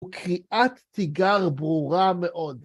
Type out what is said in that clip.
הוא קריאת תיגר ברורה מאוד.